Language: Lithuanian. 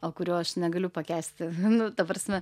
o kurio aš negaliu pakęsti nu ta prasme